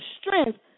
strength